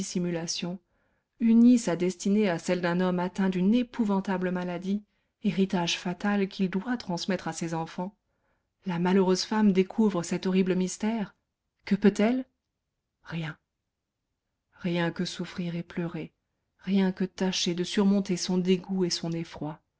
dissimulation unit sa destinée à celle d'un homme atteint d'une épouvantable maladie héritage fatal qu'il doit transmettre à ses enfants la malheureuse femme découvre cet horrible mystère que peut-elle rien rien que souffrir et pleurer rien que tâcher de surmonter son dégoût et son effroi